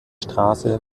straße